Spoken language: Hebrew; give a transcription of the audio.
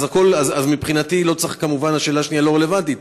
אז מבחינתי כמובן השאלה השנייה לא רלוונטית,